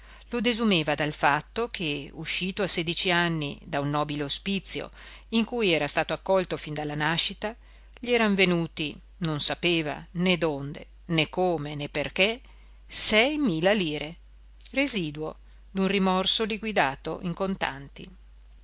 lo desumeva dal fatto che uscito a sedici anni da un nobile ospizio in cui era stato accolto fin dalla nascita gli eran venuti non sapeva né donde né come né perché sei mila lire residuo d'un rimborso liquidato in contanti